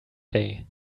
day